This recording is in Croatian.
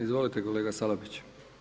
Izvolite kolega Salapić.